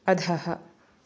अधः